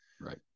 Right